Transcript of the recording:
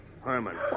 Herman